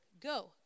Go